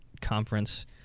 conference